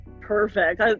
perfect